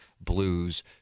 Blues